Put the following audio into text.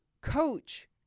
coach